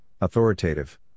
authoritative